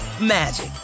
magic